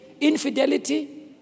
infidelity